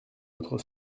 votre